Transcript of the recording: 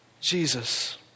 Jesus